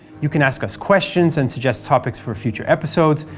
you can ask us questions and suggest topics for future episodes,